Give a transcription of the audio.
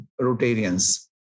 Rotarians